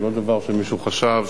זה לא דבר שמישהו חשב,